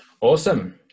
Awesome